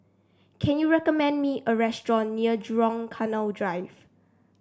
can you recommend me a restaurant near Jurong Canal Drive